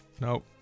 no